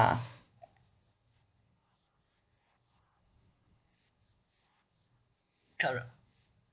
correct